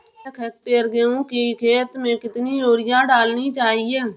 एक हेक्टेयर गेहूँ की खेत में कितनी यूरिया डालनी चाहिए?